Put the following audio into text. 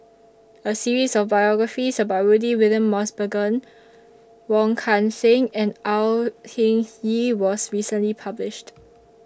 A series of biographies about Rudy William Mosbergen Wong Kan Seng and Au Hing Yee was recently published